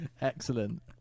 Excellent